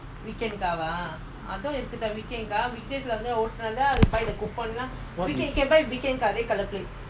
what is